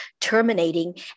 terminating